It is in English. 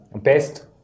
best